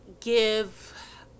give